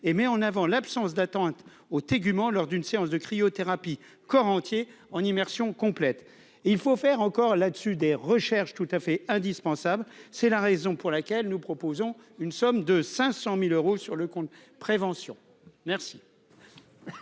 et met en avant l'absence d'atteinte aux tégument lors d'une séance de cryothérapie corps entier en immersion complète, il faut faire encore là-dessus des recherches tout à fait indispensable, c'est la raison pour laquelle nous proposons une somme de 500000 euros sur le compte prévention merci.